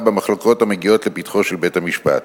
במחלוקות המגיעות לפתחו של בית-המשפט.